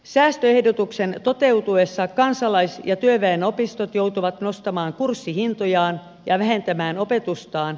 säästöehdotuksen toteutuessa kansalais ja työväenopistot joutuvat nostamaan kurssihintojaan ja vähentämään opetustaan